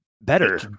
better